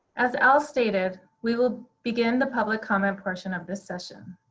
as al stated, we will begin the public comment portion of this session.